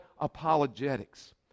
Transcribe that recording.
apologetics